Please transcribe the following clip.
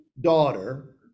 daughter